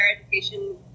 education